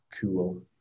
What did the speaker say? cool